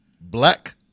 black